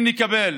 אם נקבל